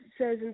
says